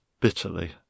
bitterly